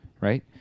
right